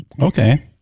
Okay